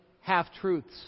half-truths